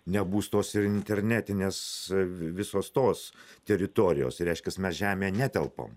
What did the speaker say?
nebus tos ir internetinės v visos tos teritorijos reiškias mes žemėje netelpam